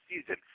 season